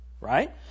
right